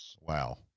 wow